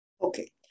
Okay